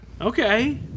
okay